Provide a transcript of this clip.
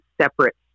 separate